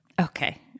Okay